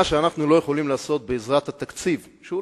מה שאנחנו לא יכולים לעשות בעזרת התקציב שלנו,